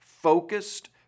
Focused